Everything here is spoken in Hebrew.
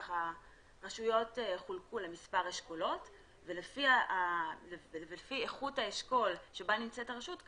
רשויות חולקו למספר אשכולות ולפי איכות האשכול שבו נמצאת הרשות,